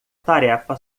tarefa